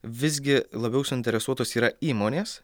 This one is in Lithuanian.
visgi labiau suinteresuotos yra įmonės